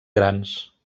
grans